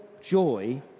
joy